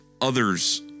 others